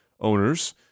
owners